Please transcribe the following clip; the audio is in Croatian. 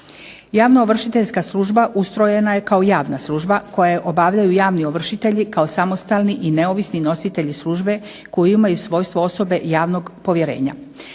Javno ovršiteljska služba ustrojena je kao javna služba koju obavljaju javni ovršitelji kao samostalni neovisni nositelji službe koji imaju svojstva osoba javnog povjerenja.